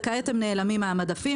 וכעת הם נעלמים מהמדפים,